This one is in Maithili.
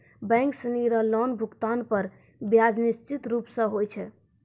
बैक सिनी रो लोन भुगतान पर ब्याज निश्चित रूप स होय छै